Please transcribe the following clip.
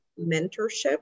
mentorship